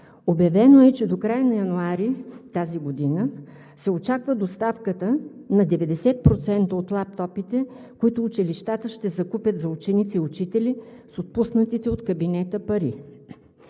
Обявено е, че до кроя на януари 2021 г. се очаква доставката на 90% от лаптопите, които училищата ще закупят за ученици н учители с отпуснатите от кабинета пари.